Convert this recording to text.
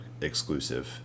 exclusive